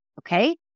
okay